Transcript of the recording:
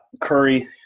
Curry